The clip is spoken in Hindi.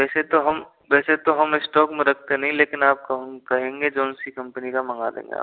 वैसे तो हम वैसे तो हम स्टॉक में रखते नहीं लेकिन आप कहों कहेंगे जोन सी कंपनी का मंगा देंगे आपको